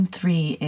three